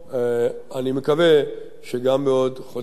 אני מקווה שגם בעוד חודשים אחדים,